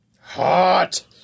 Hot